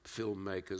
filmmakers